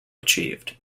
achieved